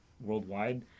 worldwide